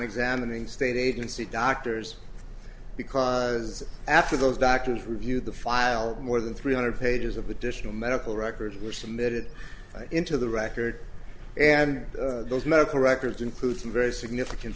examining state agency doctors because after those doctors reviewed the file more than three hundred pages of additional medical records were submitted into the record and those medical records include some very significant